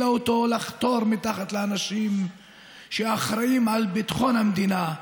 אותו לחתור תחת האנשים שאחראים לביטחון המדינה?